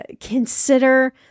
consider